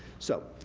so,